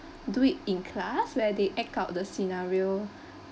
do it in class where they act out the scenario